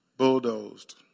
bulldozed